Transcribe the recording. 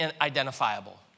identifiable